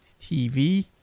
TV